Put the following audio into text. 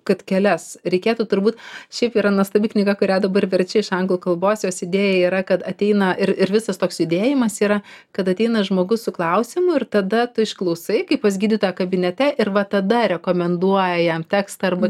kad kelias reikėtų turbūt šiaip yra nuostabi knyga kurią dabar verčiu iš anglų kalbos jos idėja yra kad ateina ir visas toks judėjimas yra kad ateina žmogus su klausimu ir tada tu išklausai kaip pas gydytoją kabinete ir va tada rekomenduoj jam tekstą arba